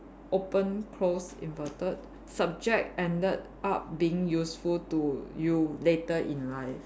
open close inverted subject ended up being useful to you later in life